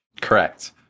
Correct